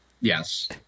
Yes